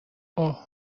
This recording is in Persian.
اوه